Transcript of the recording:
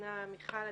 שנתנה מיכל.